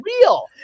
real